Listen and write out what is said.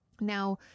Now